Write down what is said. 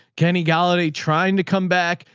kenny gallaudet, trying to come back,